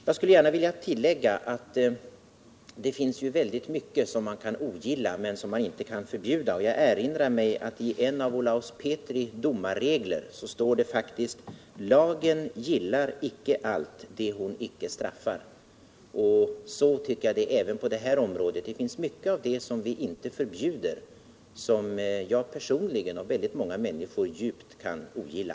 Jag skulle gärna vilja tillägga att det finns mycket man ogillar som man inte kan förbjuda, och jag erinrar mig att det i en av Olaus Petris domarregler står: ”Lagen gillar icke allt det hon icke straffar.” Så tycker jag det är även på det här området. Det finns mycket av det vi inte förbjuder som jag personligen och många människor djupt kan ogilla.